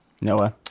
Noah